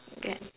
okay